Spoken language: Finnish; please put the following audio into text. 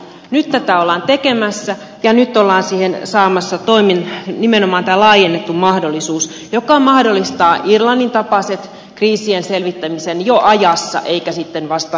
nyt tätä ollaan tekemässä ja nyt ollaan siihen saamassa nimenomaan tämä laajennettu mahdollisuus joka mahdollistaa irlannin tapaiset kriisien selvittämiset jo ajassa eikä sitten vasta myöhemmin